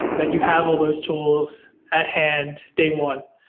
that you have all those tools at hand, day one.